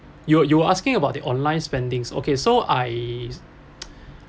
you will you will asking about the online spendings okay so I